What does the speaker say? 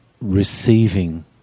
receiving